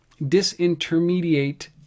disintermediate